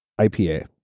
IPA